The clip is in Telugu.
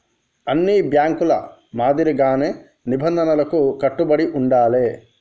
అన్ని బ్యేంకుల మాదిరిగానే నిబంధనలకు కట్టుబడి ఉండాలే